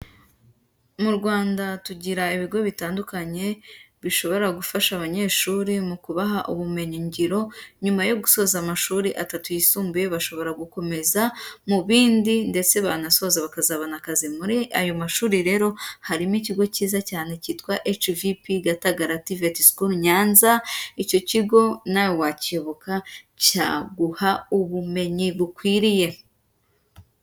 Mu Rwanda tugira ibigo bitandukanye, bishobora gufasha abanyeshuri mu kubaha ubumenyiyingiro, nyuma yo gusoza amashuri atatu yisumbuye bashobora gukomeza mu bindi ndetse banasoza bakazabona akazi. Muri ayo mashuri rero harimo ikigo cyiza cyane cyitwa HVP Gatagara TVET School Nyanza, icyo kigo nawe wakiyoboka cyaguha ubumenyi bukwiriye.